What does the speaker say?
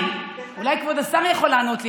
אולי כבוד השר יכול לענות לי.